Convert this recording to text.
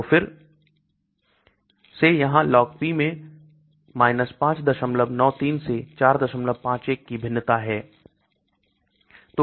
तो फिर से यहां LogP में 593 से 451 की विभिन्नता है